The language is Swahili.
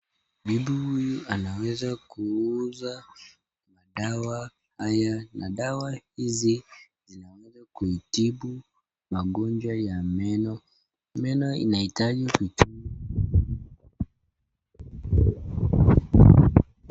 Mtu huyu anaweza kuuza madawa haya, madawa hizi zinaweza kutibu magonjwa ya meno, meno inahitaji tiba.